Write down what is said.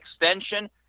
extension